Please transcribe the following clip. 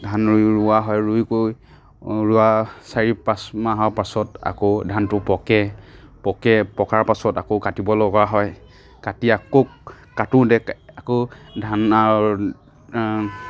ধান ৰুই ৰুৱা হয় ৰুই কৰি ৰুৱা চাৰি পাঁচ মাহৰ পাছত আকৌ ধানটো পকে পকে পকাৰ পাছত আকৌ কাটিব লগা হয় কাটি আকৌ কাটোতে আকৌ ধানৰ